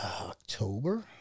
October